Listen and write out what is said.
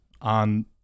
on